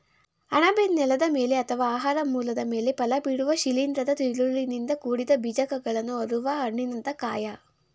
ಅಣಬೆ ನೆಲದ ಮೇಲೆ ಅಥವಾ ಆಹಾರ ಮೂಲದ ಮೇಲೆ ಫಲಬಿಡುವ ಶಿಲೀಂಧ್ರದ ತಿರುಳಿನಿಂದ ಕೂಡಿದ ಬೀಜಕಗಳನ್ನು ಹೊರುವ ಹಣ್ಣಿನಂಥ ಕಾಯ